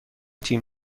تیم